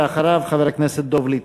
אחריו, חבר הכנסת דב ליפמן.